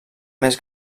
més